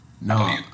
No